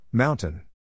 Mountain